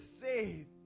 saved